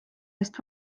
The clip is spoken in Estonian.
eest